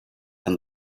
and